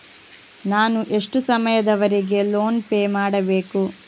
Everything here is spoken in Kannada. ನಾನು ಎಷ್ಟು ಸಮಯದವರೆಗೆ ಲೋನ್ ಪೇ ಮಾಡಬೇಕು?